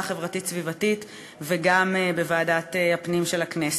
החברתית-סביבתית וגם בוועדת הפנים של הכנסת.